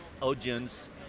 audience